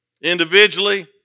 Individually